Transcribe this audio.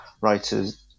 writers